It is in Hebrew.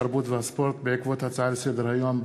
התרבות והספורט בעקבות דיון בהצעות לסדר-היום,